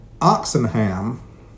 Oxenham